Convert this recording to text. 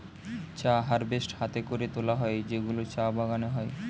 চা হারভেস্ট হাতে করে তোলা হয় যেগুলো চা বাগানে হয়